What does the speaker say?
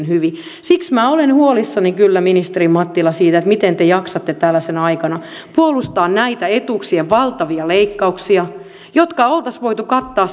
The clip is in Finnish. hyvin siksi minä kyllä olen huolissani ministeri mattila siitä miten te jaksatte tällaisena aikana puolustaa näitä etuuksien valtavia leikkauksia jotka oltaisiin voitu kattaa